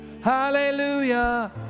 Hallelujah